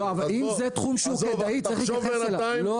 לא, אבל אם זה תחום שהוא כדאי צריך להתייחס אליו.